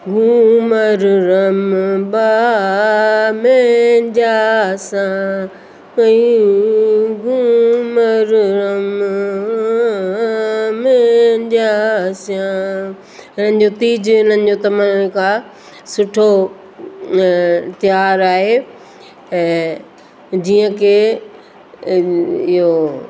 हिन तीज हिननि जो आहे सुठो त्योहार आहे ऐं जीअं की इहो